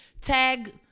tag